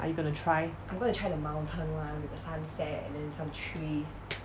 are you gonna try